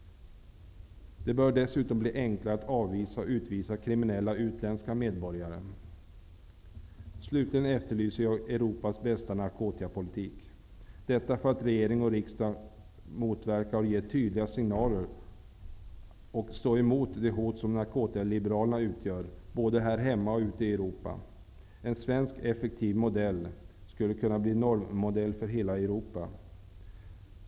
Det bör dessutom bli enklare att avvisa och utvisa kriminella utländska medborgare. Slutligen efterlyser jag ''Europas bästa narkotikapolitik''. Det är nödvändigt att regering och riksdag ger tydliga signaler om att man står emot och motverkar det hot som narkotikaliberalerna utgör både här hemma och ute i Europa. En svensk effektiv modell skulle kunna bli en normmodell för hela Europa.